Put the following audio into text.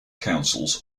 councils